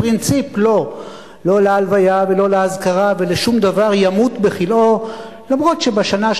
פרינציפ לא, לא להלוויה ולא לאזכרה, ולשום דבר.